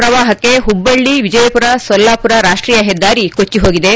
ಪ್ರವಾಹಕ್ಕೆ ಹುಬ್ಬಳ್ಳಿ ವಿಜಯಪುರ ಸೊಲ್ದಾಪುರ ರಾಷ್ಟೀಯ ಹೆದ್ದಾರಿ ಕೊಚ್ಚಿ ಹೋಗಿದೆ